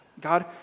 God